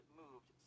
moved